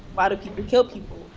why do people kill people?